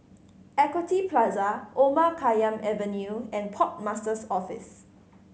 Equity Plaza Omar Khayyam Avenue and Port Master's Office